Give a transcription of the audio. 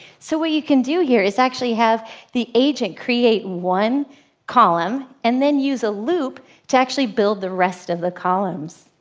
so, what you can do here is actually have the agent create one column, and then use a loop to actually build the rest of the columns.